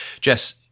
Jess